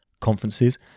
conferences